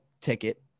ticket